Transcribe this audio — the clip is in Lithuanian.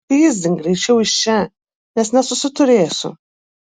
pyzdink greičiau iš čia nes nesusiturėsiu